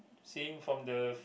seeing from the